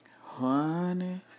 honey